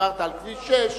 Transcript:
ודיברת על כביש 6,